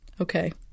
Okay